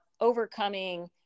overcoming